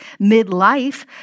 midlife